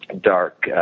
dark